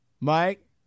Mike